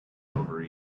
over